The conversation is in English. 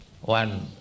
one